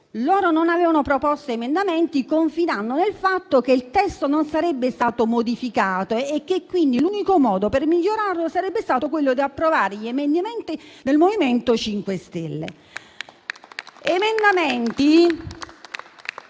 bene: non hanno proposto emendamenti, confidando nel fatto che il testo non sarebbe stato modificato e che quindi l'unico modo per migliorarlo sarebbe stato approvare gli emendamenti del MoVimento 5 Stelle.